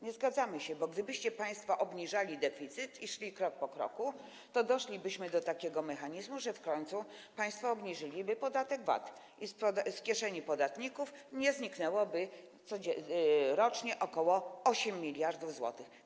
Nie zgadzamy się z tym, bo gdybyście państwo obniżali deficyt i szli krok po kroku, to doszlibyśmy do takiego mechanizmu, że w końcu państwo obniżyliby podatek VAT i z kieszeni podatników nie znikałoby rocznie ok. 8 mld zł.